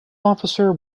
officer